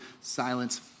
silence